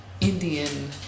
Indian